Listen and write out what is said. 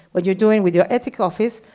what you're doing with your ethics office,